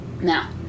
Now